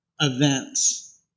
events